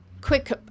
Quick